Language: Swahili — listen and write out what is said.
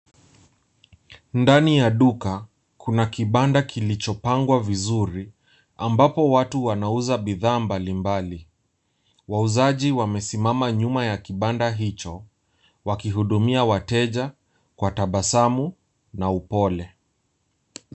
Ndani ya duka, kuna kibanda kilichopangwa vizuri ambapo watu wanauza bidhaa mbalimbali. Wauzaji wamesimama nyuma ya kibanda hicho wakihudumia wateja kwa tabasamu na upole.